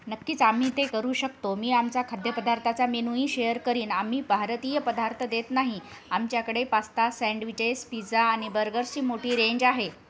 नक्कीच आम्ही ते करू शकतो मी आमचा खाद्यपदार्थाचा मेनूही शेअर करेन आम्ही भारतीय पदार्थ देत नाही आमच्याकडे पास्ता सँडविचेस पिझा आणि बर्गर्सची मोठी रेंज आहे